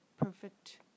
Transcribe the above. perfect